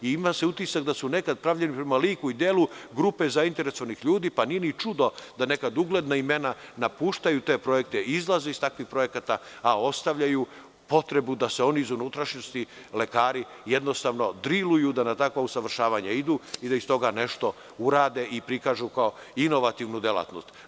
Ima se utisak da su nekad pravljeni prema liku i delu grupe zainteresovanih ljudi, pa nije ni čudo da neka ugledna imena napuštaju te projekte, izlaze iz takvih projekata, a ostavljaju potrebu da se oni iz unutrašnjosti, lekari, jednostavno driluju da na takva usavršavanja idu i da iz toga nešto urade i prikažu kao inovativnu delatnost.